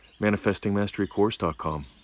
ManifestingMasteryCourse.com